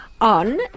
on